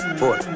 four